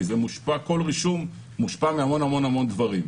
כי כל רישום מושפע מהמון המון דברים.